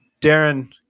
Darren